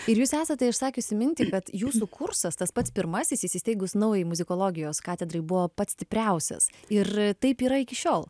ir jūs esate išsakiusi mintį kad jūsų kursas tas pats pirmasis įsisteigus naujai muzikologijos katedrai buvo pats stipriausias ir taip yra iki šiol